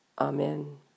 Amen